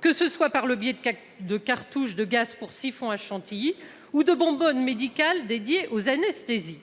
que ce soit par le biais de cartouches de gaz pour siphon à chantilly ou de bonbonnes médicales dédiées aux anesthésies.